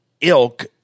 ilk